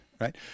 right